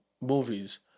movies